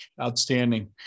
Outstanding